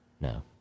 No